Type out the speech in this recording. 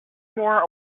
more